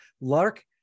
Lark